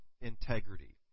integrity